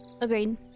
Agreed